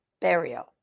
burial